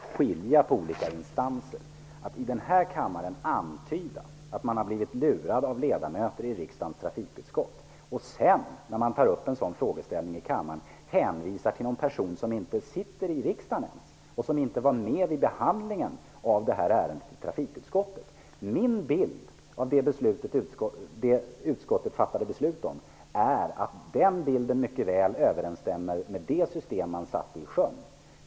Herr talman! Vi får skilja på olika instanser. Jag kan inte förstå hur man i den här kammaren kan antyda att man blivit lurad av ledamöter i riksdagens trafikutskott och att man sedan, när frågan tas upp i kammaren, hänvisar till en person som inte ens sitter med i riksdagen och som inte var med vid behandlingen av ärendet i trafikutskottet. Min bild av det utskottet fattade beslut om är att det mycket väl överensstämmer med det beslut som sattes i sjön.